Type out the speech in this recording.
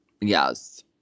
Yes